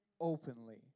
openly